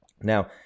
Now